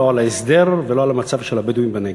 לא על ההסדר ולא על מצב הבדואים בנגב.